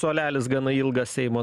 suolelis gana ilgas seimo